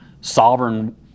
sovereign